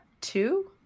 two